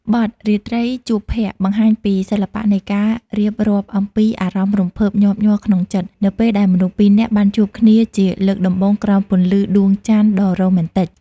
បទ "រាត្រីជួបភក្រ្ត" បង្ហាញពីសិល្បៈនៃការរៀបរាប់អំពីអារម្មណ៍រំភើបញាប់ញ័រក្នុងចិត្ត នៅពេលដែលមនុស្សពីរនាក់បានជួបគ្នាជាលើកដំបូងក្រោមពន្លឺដួងច័ន្ទដ៏រ៉ូមែនទិក។